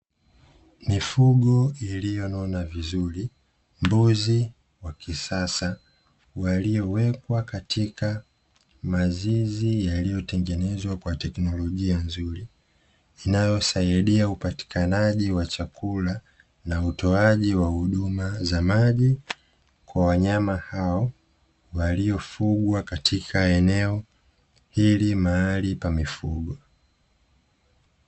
Mifugo iliyonona vizuri mbuzi wa kisasa waliyowekwa katika mazizi yaliyotengenezwa kwa teknolojia nzuri, inayosaidia upatikanaji wa chakula na utoaji wa huduma za maji kwa wanyama hao waliofugwa katika eneo hili mahali pa mifugo.